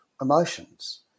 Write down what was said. emotions